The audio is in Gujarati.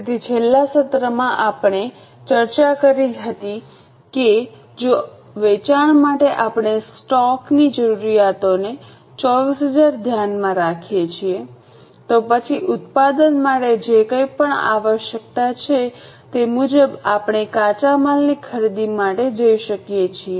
તેથી છેલ્લા સત્રમાં આપણે ચર્ચા કરી હતી કે જો વેચાણ 24000 છે માટે આપણે સ્ટોક ની જરૂરિયાતોને ધ્યાનમાં રાખી ઉત્પાદન માટે જઈશું તો પછી ઉત્પાદન માટે જે કંઈપણ આવશ્યકતા છે તે મુજબ આપણે કાચા માલની ખરીદી માટે જઇએ છીએ